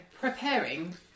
preparing